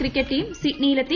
cricket team സിഡ്നിയിലെത്തി